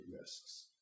risks